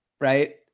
right